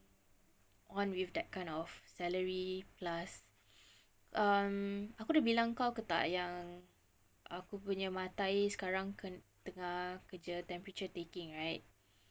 on with that kind of salary plus um aku ada bilang kau ke tak yang aku punya matair sekarang tengah kerja temperature taking right